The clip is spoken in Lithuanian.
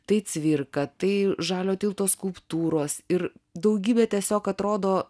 tai cvirka tai žalio tilto skulptūros ir daugybė tiesiog atrodo